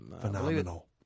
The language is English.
Phenomenal